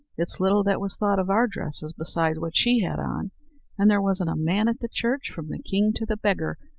it's little that was thought of our dresses beside what she had on and there wasn't a man at the church, from the king to the beggar,